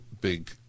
big